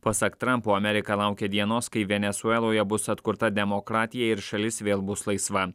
pasak trampo amerika laukia dienos kai venesueloje bus atkurta demokratija ir šalis vėl bus laisva